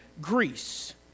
Greece